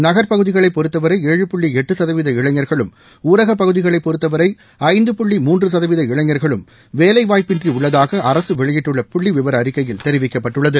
நகர்பகுதிகளைப் பொறுத்தவரை ஏழு புள்ளிஎட்டுசதவீத இளைஞர்களும் ஊரகப்பகுதிகளைப் பொறுத்தவரைஐந்து புள்ளி மூன்றுகதவீத இளைஞர்களும் வேலைவாய்ப்பின்றிஉள்ளதாக அரசுவெளியிட்டுள்ள புள்ளிவிவரஅறிக்கையில் தெரிவிக்கப்பட்டுள்ளது